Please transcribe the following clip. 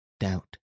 doubt